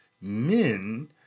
men